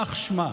כך שמה: